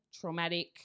traumatic